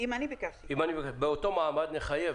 באותו מעמד,